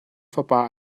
fapa